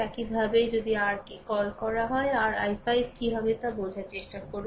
একইভাবে যদি r কি কল হয় r i5 কী হবে তা চেষ্টা করার চেষ্টা করুন